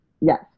Yes